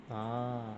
ah